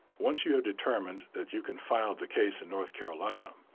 once you have determined that you can file the case in north carolina,